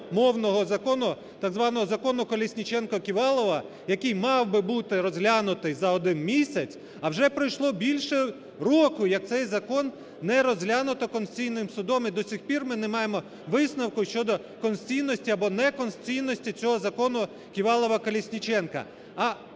мовного закону, так званого Закону Колесніченка-Ківалова, який мав би бути розглянутий за один місяць, а вже пройшло більше року, як цей закон не розглянуто Конституційним Судом, і до сих пір ми не маємо висновку щодо конституційності або неконституційності цього Закону Ківалова-Колесніченка.